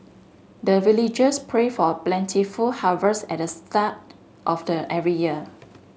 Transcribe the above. the villagers pray for plentiful harvest at the start of the every year